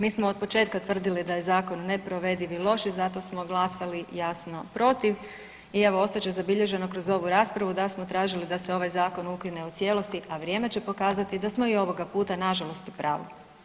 Mi smo otpočetka tvrdili da je zakon neprovediv i loš i zato smo glasali jasno protiv i evo ostat će zabilježeno kroz ovu raspravu da smo tražili da se ovaj zakon ukine u cijelosti, a vrijeme će pokazati da smo i ovoga puta nažalost u pravu.